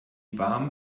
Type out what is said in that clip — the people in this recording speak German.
warm